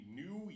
new